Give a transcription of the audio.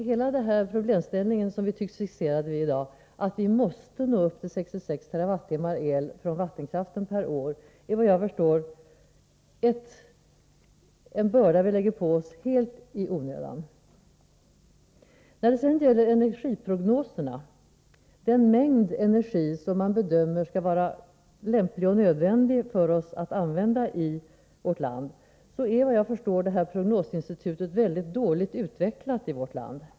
Hela den problemställning som vi tycks vara fixerade vid i dag, att vi måste nå upp till 66 TWh el från vattenkraft per år, är vad jag förstår en börda vi lägger på oss fullständigt i onödan. När det sedan gäller energiprognoserna — den mängd energi som bedöms vara lämplig och nödvändig för oss att använda — är vad jag förstår prognosinstitutet väldigt dåligt utvecklat i vårt land.